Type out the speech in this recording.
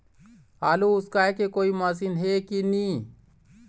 आलू उसकाय के कोई मशीन हे कि नी?